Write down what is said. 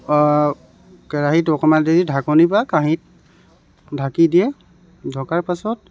কেৰাহীত অকণমান দেৰি ঢাকনি বা কাঁহীত ঢাকি দিয়ে ঢকাৰ পাছত